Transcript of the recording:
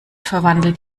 verwandelt